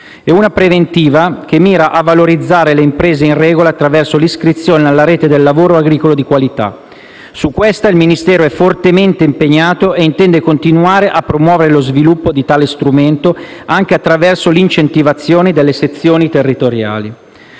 una preventiva, che mira a valorizzare le imprese in regola attraverso l'iscrizione alla Rete del lavoro agricolo di qualità. Su questa, il Ministero è fortemente impegnato e intende continuare a promuovere lo sviluppo di tale strumento anche attraverso l'incentivazione delle sezioni territoriali.